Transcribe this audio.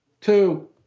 Two